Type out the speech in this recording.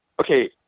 okay